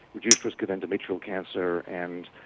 reduced risk of endometrial cancer, and